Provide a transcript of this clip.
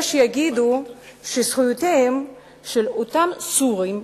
יש שיגידו שזכויותיהם של אותם "סורים"